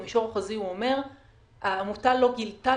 במישור החוזי הוא אומר שהעמותה לא גילתה